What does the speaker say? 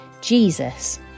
Jesus